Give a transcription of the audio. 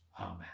Amen